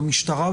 במשטרה,